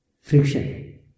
friction